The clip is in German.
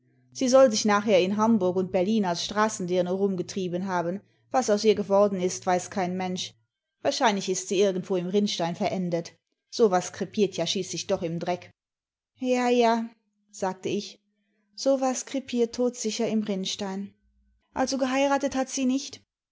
sie soll sich nachher in hamburg und berlin als straßendime rumgetrieben haben was aus ihr geworden ist weiß kein mensch wahrscheinlich ist sie irgendwo im rinnstein verendet so was krepiert ja schließlich doch im dreck ja ja sagte ich so was krepiert todsicher im rinnstein also geheiratet hat sie nicht